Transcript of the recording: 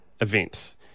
event